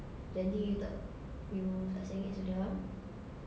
janji you tak you tak senget sudah ah